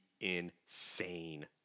insane